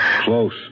Close